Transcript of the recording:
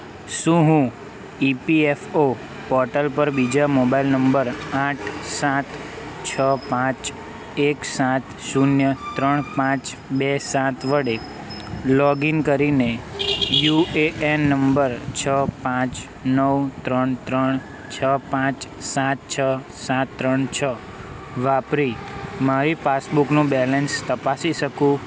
શું હું EPFO portal પર બીજા મોબાઈલ નંબર આઠ સાત છ પાંચ એક સાત શૂન્ય ત્રણ પાંચ બે સાત વડે લોગિન કરીને યુએએન નંબર છ પાંચ નવ ત્રણ ત્રણ છ પાંચ સાત છ સાત ત્રણ છ વાપરી મારી પાસબુકનું બેલેન્સ તપાસી શકું